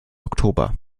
oktober